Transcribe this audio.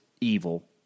evil